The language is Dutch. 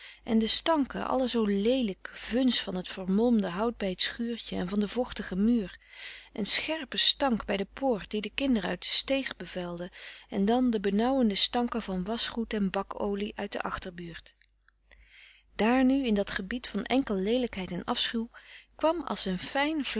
en de stanken allen zoo leelijk vuns van t vermolmde hout bij het schuurtje en van den vochtigen muur een scherpe stank bij de poort die de kinderen uit de steeg bevuilden en dan de benauwende stanken van waschgoed en bak olie uit de achterbuurt daar nu in dat gebied van enkel leelijkheid en afschuw kwam als een fijn